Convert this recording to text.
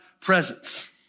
presence